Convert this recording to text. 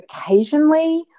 occasionally